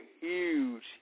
huge